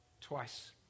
twice